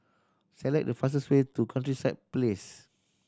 select the fastest way to Countryside Place